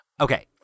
Okay